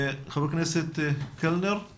חבר הכנסת קלנר.